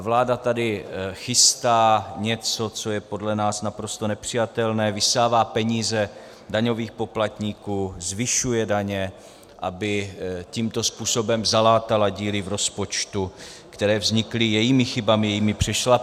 Vláda tady chystá něco, co je podle nás naprosto nepřijatelné, vysává peníze daňových poplatníků, zvyšuje daně, aby tímto způsobem zalátala díry v rozpočtu, které vznikly jejími chybami, jejími přešlapy.